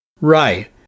Right